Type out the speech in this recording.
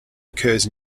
occurs